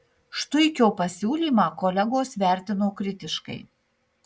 štuikio pasiūlymą kolegos vertino kritiškai